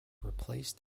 replaced